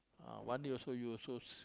ah one day also you also